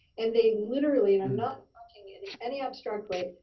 and they literally, and i'm not talking in any abstract way,